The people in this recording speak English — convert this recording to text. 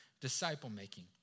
disciple-making